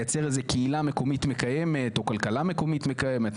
לייצר איזו קהילה מקומית מקיימת או כלכלה מקומית מקיימת,